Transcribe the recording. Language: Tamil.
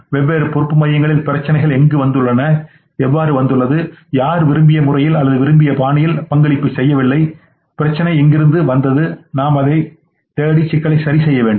வெவ்வேறு பொறுப்பு மையங்கள்ளில் பிரச்சினை எங்கு வந்துள்ளது யார் விரும்பிய முறையில் அல்லது விரும்பிய பாணியில் பங்களிப்பு செய்யவில்லை பிரச்சினை எங்கிருந்து வந்தது நாம் அதைத் தேடி சிக்கலை சரிசெய்ய வேண்டும்